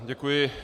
Děkuji.